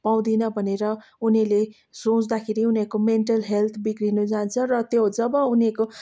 पाउदिनँ भनेर उनीहरूले सोच्दाखेरि उनीहरूको मेन्टल हेल्थ बिग्रिनु जान्छ र त्यो जब उनीहरूको